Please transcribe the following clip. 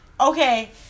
Okay